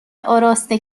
آراسته